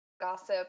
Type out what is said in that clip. Gossip